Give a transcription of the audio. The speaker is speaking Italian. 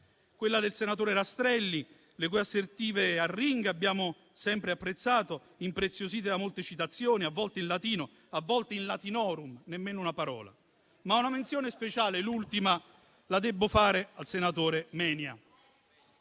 quella del senatore Rastrelli, le cui assertive arringhe abbiamo sempre apprezzato, impreziosite da molte citazioni, a volte in latino, a volte in *latinorum*: nemmeno una parola oggi. Ma una menzione speciale, l'ultima, la debbo fare del senatore Menia.